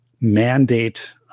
mandate